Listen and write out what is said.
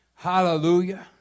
Hallelujah